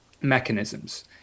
mechanisms